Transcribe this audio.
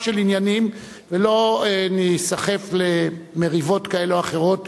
של עניינים ולא ניסחף למריבות כאלה או אחרות,